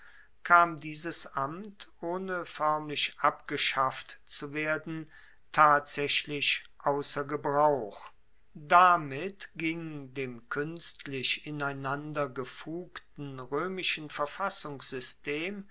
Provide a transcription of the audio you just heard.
kam dieses amt ohne foermlich abgeschafft zu werden tatsaechlich ausser gebrauch damit ging dem kuenstlich ineinander gefugten roemischen